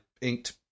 inked